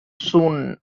soon